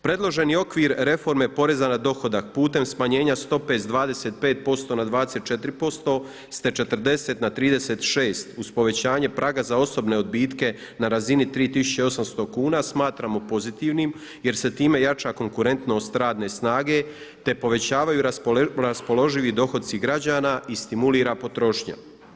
Predloženi okvir reforme poreza na dohodak putem smanjenja stope s 25% na 24% te s 40 na 36% uz povećanje praga za osobne odbitke na razini 3.800 kuna smatramo pozitivnim jer se time jača konkurentnost radne snage, te povećavaju raspoloživi dohoci građana i stimulira potrošnja.